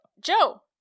Joe